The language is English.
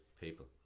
people